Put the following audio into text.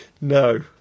no